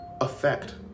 Affect